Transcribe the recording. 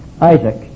isaac